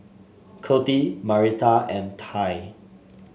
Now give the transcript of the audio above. Coty Marita and Tai